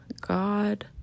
God